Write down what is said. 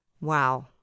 Wow